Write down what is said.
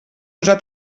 usar